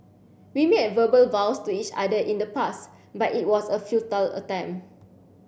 we made a verbal vows to each other in the past but it was a futile attempt